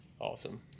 awesome